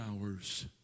hours